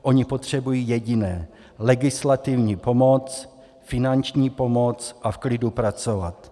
Oni potřebují jediné legislativní pomoc, finanční pomoc a v klidu pracovat.